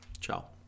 Ciao